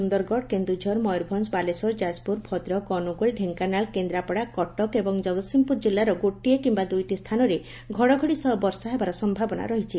ସୁନ୍ଦରଗଡ଼ କେନ୍ଦୁଝର ମୟୂରଭଞ୍ଞ ବାଲେଶ୍ୱର ଯାଜପୁର ଭଦ୍ରକ ଅନୁଗୁଳ ଢେଙ୍କାନାଳ କେନ୍ଦ୍ରାପଡ଼ା କଟକ ଏବଂ ଜଗତ୍ସିଂହପୁର ଜିଲ୍ଲାର ଗୋଟିଏ କିମ୍ଟା ଦୁଇଟି ସ୍ଥାନରେ ଘଡ଼ଘଡ଼ି ସହ ବର୍ଷା ହେବାର ସୟାବନା ରହିଛି